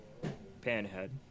panhead